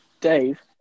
Dave